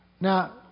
Now